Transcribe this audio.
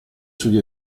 sugli